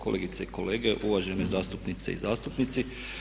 Kolegice i kolege, uvažene zastupnice i zastupnici.